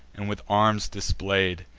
and with arms display'd,